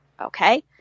Okay